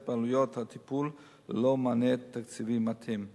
בעלויות הטיפול ללא מענה תקציבי מתאים.